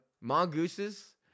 mongooses